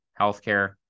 healthcare